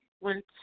went